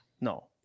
No